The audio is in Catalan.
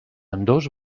ambdós